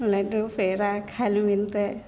लड्डू पेड़ा खाइले मिलतै